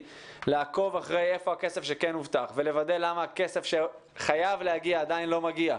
לעקוב אחרי הכסף שכן הובטח ולוודא למה הכסף שחייב להגיע עדיין לא מגיע,